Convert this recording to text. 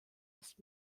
ist